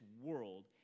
world